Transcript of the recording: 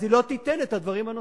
אז היא לא תיתן את הדברים הנוספים.